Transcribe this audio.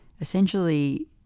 essentially